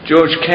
George